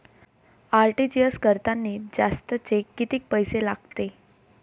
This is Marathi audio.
आर.टी.जी.एस करतांनी जास्तचे कितीक पैसे लागते?